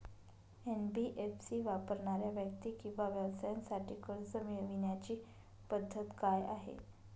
NBFC वापरणाऱ्या व्यक्ती किंवा व्यवसायांसाठी कर्ज मिळविण्याची पद्धत काय आहे?